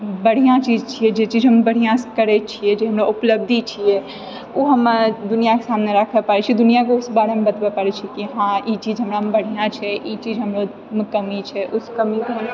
बढ़िआँ चीज छिऐ जे चीज हम बढ़िआँसँ करैत छिऐ जे हमरा उपलब्धि छिऐ ओ हम दुनिआके सामने राखै पाड़ै छिऐ दुनिआ को उस बारेमे बतबै पाड़ै छिऐ कि हँ ई चीज हमरामे बढ़िआँ छै ई चीज हमरामे कमी छै उस कमीके